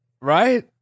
right